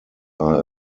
are